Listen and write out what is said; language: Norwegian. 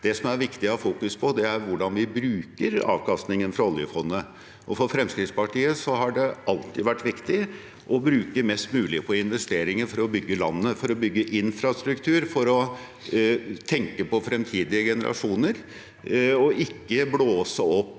Det som det er viktig å ha fokus på, er hvordan vi bruker avkastningen fra oljefondet. For Fremskrittspartiet har det alltid vært viktig å bruke mest mulig på investeringer for å bygge landet, for å bygge infrastruktur, for å tenke på fremtidige generasjoner og ikke blåse opp